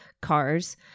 cars